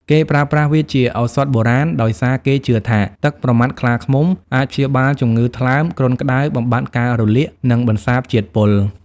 គេប្រើប្រាស់វាជាឱសថបុរាណ ដោយសារគេជឿថា ទឹកប្រមាត់ខ្លាឃ្មុំអាចព្យាបាលជំងឺថ្លើម គ្រុនក្តៅ បំបាត់ការរលាក និងបន្សាបជាតិពុល។